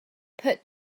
put